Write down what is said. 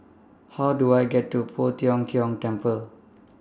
How Do I get to Poh Tiong Kiong Temple